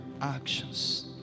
actions